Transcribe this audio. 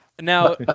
Now